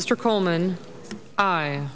mr coleman i